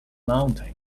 mountain